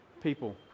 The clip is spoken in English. people